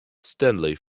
stanley